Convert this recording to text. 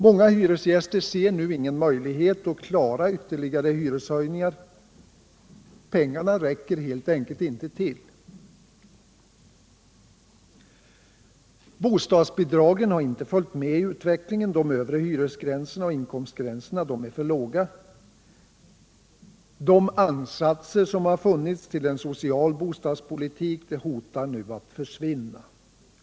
Många hyresgäster ser nu ingen möjlighet att klara ytterligare hyreshöjningar — pengarna räcker helt enkelt inte till. Bostadsbidragen har inte följt med i utvecklingen. De övre hyresgränserna och inkomstgränserna är för låga. De ansatser som funnits till en social bostadspolitik hotar nu att försvinna.